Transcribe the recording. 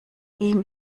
ihm